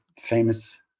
famous